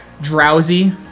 drowsy